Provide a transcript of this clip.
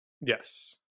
Yes